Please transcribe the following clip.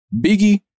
Biggie